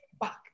back